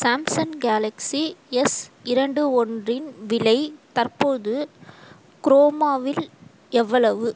Samsung Galaxy S இரண்டு ஒன்றின் விலை தற்போது குரோமாவில் எவ்வளவு